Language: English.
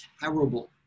terrible